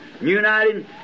uniting